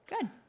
Good